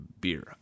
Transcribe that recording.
beer